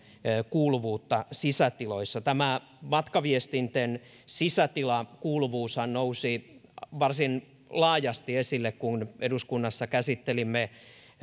kuuluvuutta sisätiloissa tämä matkaviestinten sisätilakuuluvuushan nousi varsin laajasti esille kun eduskunnassa